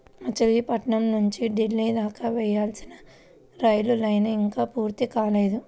మచిలీపట్నం నుంచి ఢిల్లీ దాకా వేయాల్సిన రైలు లైను ఇంకా పూర్తి కాలేదు